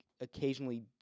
occasionally